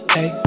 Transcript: Hey